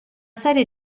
serie